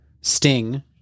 Sting